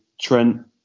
Trent